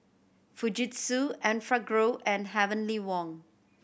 Fujitsu Enfagrow and Heavenly Wang